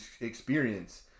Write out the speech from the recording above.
experience